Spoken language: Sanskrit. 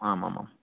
आम् आम् आम्